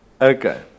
Okay